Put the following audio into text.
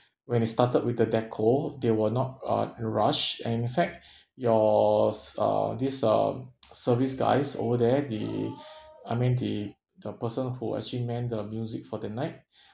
when they started with the decor they were not uh in rush and in fact your s~ uh this um service guys over there the I mean the the person who actually man the music for the night